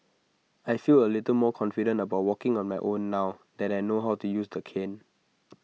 I feel A little more confident about walking on my own now that I know how to use the cane